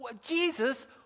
Jesus